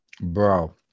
Bro